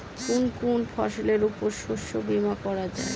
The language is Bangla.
কোন কোন ফসলের উপর শস্য বীমা করা যায়?